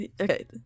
Okay